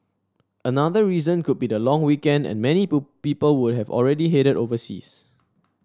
another reason could be the long weekend and many people would have already headed overseas